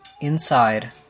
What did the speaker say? inside